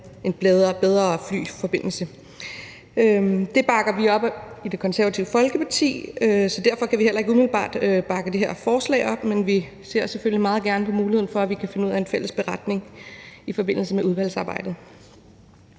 bl.a. en bedre flyforbindelse. Det bakker vi op om i Det Konservative Folkeparti. Så derfor kan vi heller ikke umiddelbart bakke det her forslag op, men vi ser selvfølgelig meget gerne på, om der er mulighed for, at vi kan finde ud af en fælles beretning i forbindelse med udvalgsarbejdet.